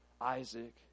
Isaac